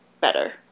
better